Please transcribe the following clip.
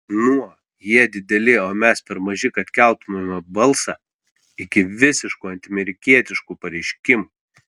nuo jie dideli o mes per maži kad keltumėme balsą iki visiškų antiamerikietiškų pareiškimų